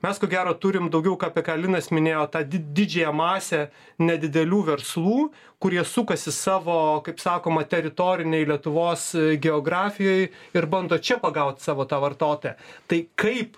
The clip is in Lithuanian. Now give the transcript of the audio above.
mes ko gero turim daugiau ką apie ką linas minėjo tą didžiąją masę nedidelių verslų kurie sukasi savo kaip sakoma teritorinėj lietuvos geografijoj ir bando čia pagaut savo tą vartotoją tai kaip